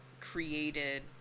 created